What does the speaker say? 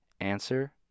Answer